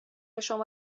شما